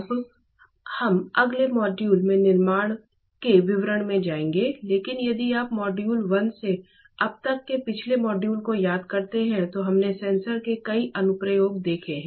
अब हम अगले कुछ मॉड्यूल में निर्माण के विवरण में जाएंगे लेकिन यदि आप मॉड्यूल 1 से अब तक के पिछले मॉड्यूल को याद करते हैं तो हमने सेंसर के कई अनुप्रयोग देखे हैं